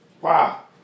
Wow